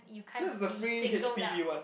this is the free H_P_B one right